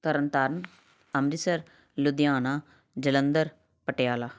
Tarn Taran Amritsar Ludhiana Jalandhar Patiala